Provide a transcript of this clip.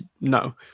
no